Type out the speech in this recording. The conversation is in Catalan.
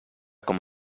com